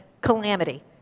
calamity